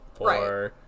right